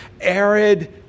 arid